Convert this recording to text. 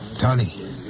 Tony